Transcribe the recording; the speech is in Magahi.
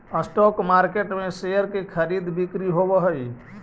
स्टॉक मार्केट में शेयर के खरीद बिक्री होवऽ हइ